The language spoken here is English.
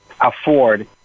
afford